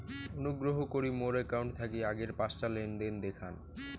অনুগ্রহ করি মোর অ্যাকাউন্ট থাকি আগের পাঁচটা লেনদেন দেখান